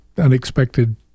unexpected